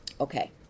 Okay